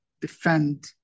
defend